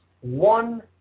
one